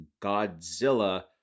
Godzilla